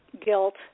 guilt